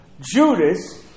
Judas